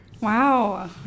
Wow